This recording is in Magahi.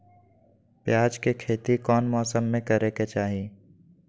प्याज के खेती कौन मौसम में करे के चाही?